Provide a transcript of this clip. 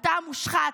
אתה המושחת,